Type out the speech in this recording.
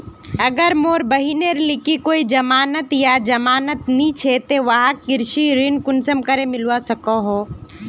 अगर मोर बहिनेर लिकी कोई जमानत या जमानत नि छे ते वाहक कृषि ऋण कुंसम करे मिलवा सको हो?